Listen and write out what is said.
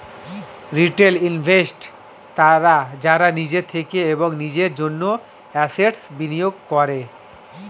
retail investors তারা যারা নিজের থেকে এবং নিজের জন্য অ্যাসেট্স্ বিনিয়োগ করে